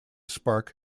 spark